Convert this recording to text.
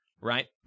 right